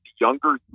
younger